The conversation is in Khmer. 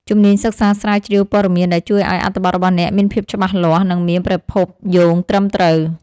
ជំនាញសិក្សាស្រាវជ្រាវព័ត៌មានដែលជួយឱ្យអត្ថបទរបស់អ្នកមានភាពច្បាស់លាស់ និងមានប្រភពយោងត្រឹមត្រូវ។